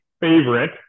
favorite